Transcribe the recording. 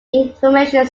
information